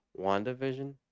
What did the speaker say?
WandaVision